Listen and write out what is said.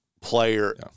player